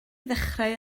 ddechrau